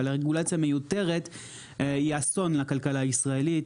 אבל רגולציה מיותרת היא אסון לכלכה הישראלית,